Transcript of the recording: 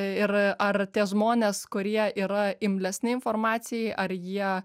ir ar tie žmonės kurie yra imlesni informacijai ar jie